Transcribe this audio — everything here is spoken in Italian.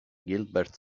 gilbert